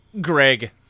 Greg